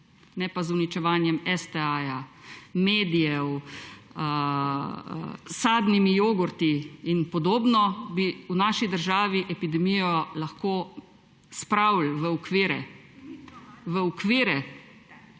ne pa z uničevanjem STA, medijev, s sadnimi jogurti in podobno, bi v naši državi epidemijo lahko spravili v okvire,